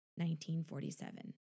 1947